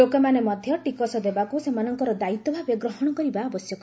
ଲୋକମାନେ ମଧ୍ୟ ଟିକସ ଦେବାକୁ ସେମାନଙ୍କର ଦାୟିତ୍ୱ ଭାବେ ଗ୍ରହଣ କରିବା ଆବଶ୍ୟକ